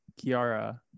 Kiara